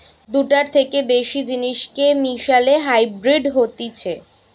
দুটার থেকে বেশি জিনিসকে মিশালে হাইব্রিড হতিছে